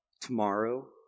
tomorrow